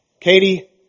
Katie